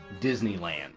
Disneyland